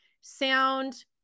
sound